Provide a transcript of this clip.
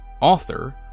author